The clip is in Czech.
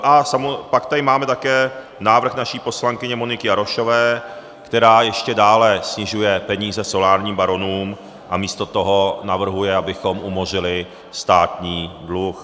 A pak tady máme také návrh naší poslankyně Moniky Jarošové, která ještě dále snižuje peníze solárním baronům a místo toho navrhuje, abychom umořili státní dluh.